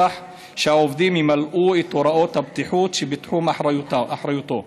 שהעובדים ימלאו את הוראות הבטיחות שבתחום אחריותו.